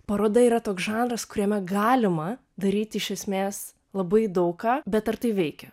paroda yra toks žanras kuriame galima daryti iš esmės labai daug ką bet ar tai veikia